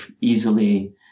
easily